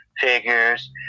figures